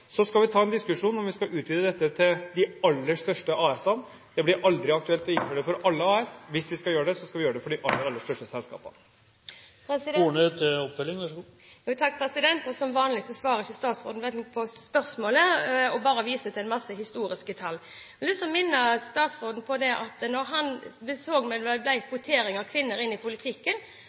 Så skal vi ta en diskusjon om vi skal utvide dette til å gjelde for de aller største AS-ene. Det blir aldri aktuelt å innføre dette for alle AS-er. Hvis vi skal gjøre det, skal vi gjøre det for de aller største selskapene. Som vanlig svarer ikke statsråden på spørsmålet – han bare viser til mange historiske tall. Jeg har lyst til å minne statsråden på at når det gjelder kvotering av kvinner inn i politikken – og Arbeiderpartiet har selv en ordning med 50/50-fordeling av kvinner og menn på sine lister – viser resultater og rapporter fra valget i